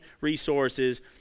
resources